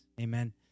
Amen